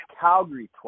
Calgary